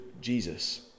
Jesus